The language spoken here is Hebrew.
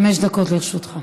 חמש דקות לרשותך.